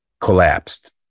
collapsed